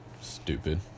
Stupid